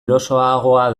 erosoagoa